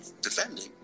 defending